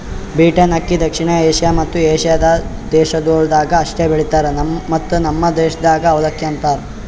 beaten ಅಕ್ಕಿ ದಕ್ಷಿಣ Asia ಮತ್ತ ಏಷ್ಯಾದ ದೇಶಗೊಳ್ದಾಗ್ ಅಷ್ಟೆ ಬೆಳಿತಾರ್ ಮತ್ತ ನಮ್ ದೇಶದಾಗ್ ಅವಲಕ್ಕಿ ಅಂತರ್